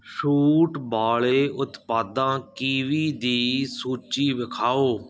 ਛੂਟ ਵਾਲੇ ਉਤਪਾਦਾਂ ਕੀਵੀ ਦੀ ਸੂਚੀ ਵਿਖਾਉ